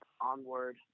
Onward